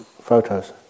photos